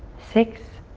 six,